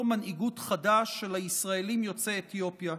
מנהיגות חדש של הישראלים יוצאי אתיופיה,